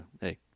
hey